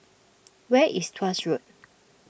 where is Tuas Road